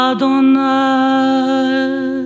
Adonai